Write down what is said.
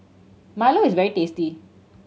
milo is very tasty